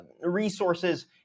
resources